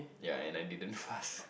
yea and I didn't fast